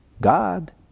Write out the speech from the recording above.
God